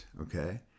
okay